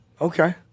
Okay